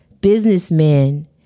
businessmen